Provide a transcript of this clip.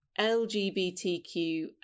LGBTQ